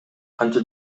канча